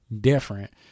different